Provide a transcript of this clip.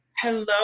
Hello